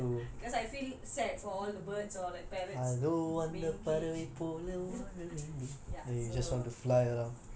ya so I would rather be a bird ya so like because I feel sad for all the birds or like parrots